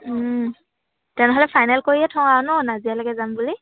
তেনেহ'লে ফাইনেল কৰিয়ে থওঁ আৰু ন নাজিৰালৈকে যাম বুলি